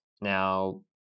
Now